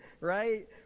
Right